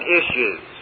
issues